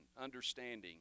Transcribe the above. understanding